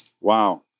Wow